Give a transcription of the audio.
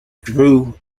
drew